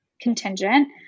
contingent